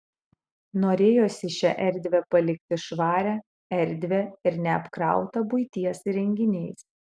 norėjosi šią erdvę palikti švarią erdvią ir neapkrautą buities įrenginiais